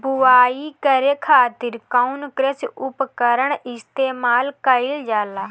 बुआई करे खातिर कउन कृषी उपकरण इस्तेमाल कईल जाला?